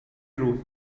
true